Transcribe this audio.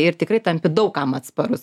ir tikrai tampi daug kam atsparus